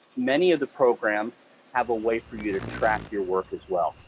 many of the programs have a way for you to track your work, as well.